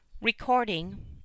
Recording